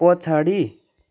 पछाडि